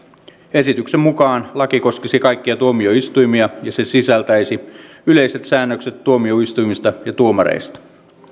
esityksen mukaan laki koskisi kaikkia tuomioistuimia ja se sisältäisi yleiset säännökset tuomioistuimista ja tuomareista